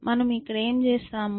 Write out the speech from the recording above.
మనము ఇక్కడ ఏమి చేస్తాము